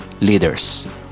leaders